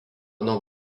nuo